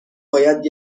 باید